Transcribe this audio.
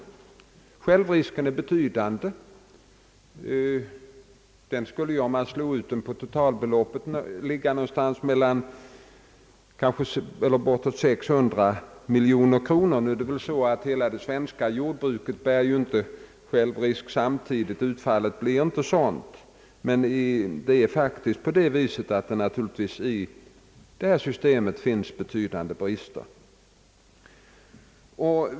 Självrisken är alltså betydande — om man slog ut den på total beloppet skulle den ligga kanske bortåt 600 miljoner kronor. Nu bär ju inte hela det svenska jordbruket självrisk samtidigt — skördeutfallet blir aldrig sådant — men faktum är att det finns betydande brister i systemet.